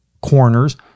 corners